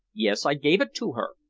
yes i gave it to her.